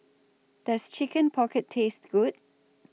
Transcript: Does Chicken Pocket Taste Good